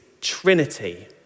Trinity